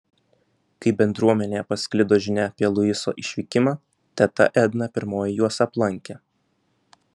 kai bendruomenėje pasklido žinia apie luiso išvykimą teta edna pirmoji juos aplankė